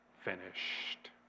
finished